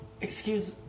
Excuse